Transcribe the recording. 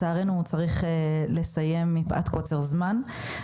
לצערנו הוא צריך לסיים מפאת קוצר הזמן,